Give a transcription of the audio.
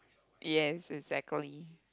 yes exactly